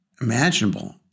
imaginable